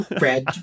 red